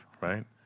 right